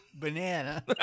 Banana